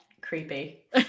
creepy